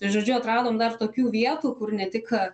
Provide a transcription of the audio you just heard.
tai žodžiu atradom dar tokių vietų kur ne tik